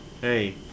hey